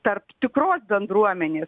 tarp tikros bendruomenės